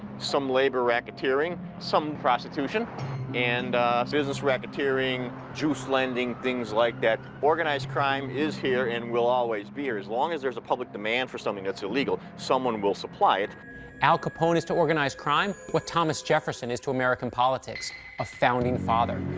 some labor racketeering, some prostitution and business racketeering, juice-lending, things like that. organized crime is here and will always be here. as long as there's a public demand for something that's illegal, someone will supply it. meltzer al capone is to organized crime what thomas jefferson is to american politics a founding father.